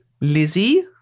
Lizzie